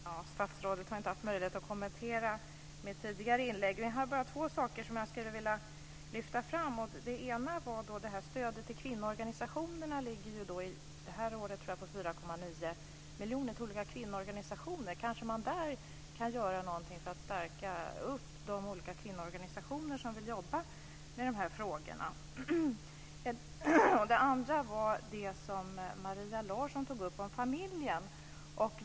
Herr talman! Statsrådet har inte haft möjlighet att kommentera mitt tidigare inlägg. Jag har två saker som jag vill lyfta fram. Stödet till kvinnoorganisationerna ligger det här året på 4,9 miljoner. Kanske kan man göra något för att stärka de kvinnoorganisationer som vill jobba med de här frågorna. Maria Larsson tog upp frågan om familjen.